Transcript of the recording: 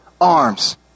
arms